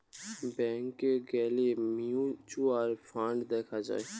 ব্যাংকে গ্যালে mutual fund দেখা যায়